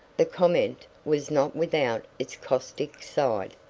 the comment was not without its caustic side.